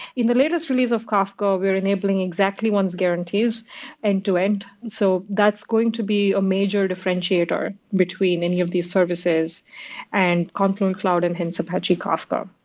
in the latest release of kafka, we are enabling exactly one's guarantees and end-to-end, and so that's going to be a major differentiator between any of the services and confluent cloud and, hence, apache kafka.